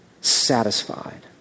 satisfied